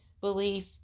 belief